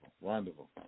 Wonderful